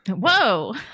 whoa